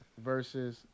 Versus